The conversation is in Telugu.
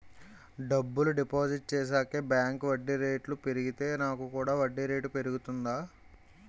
డబ్బులు డిపాజిట్ చేశాక బ్యాంక్ వడ్డీ రేటు పెరిగితే నాకు కూడా వడ్డీ రేటు పెరుగుతుందా?